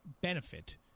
benefit